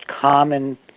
common